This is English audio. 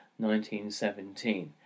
1917